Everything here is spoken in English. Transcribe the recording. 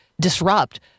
disrupt